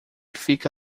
fica